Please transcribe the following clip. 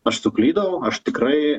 aš suklydau aš tikrai